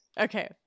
okay